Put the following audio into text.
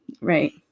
Right